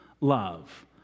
love